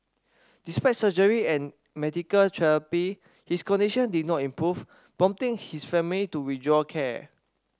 despite surgery and medical therapy his condition did not improve prompting his family to withdraw care